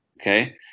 Okay